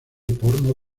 porno